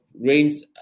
rains